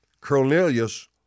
Cornelius